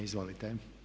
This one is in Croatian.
Izvolite.